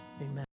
Amen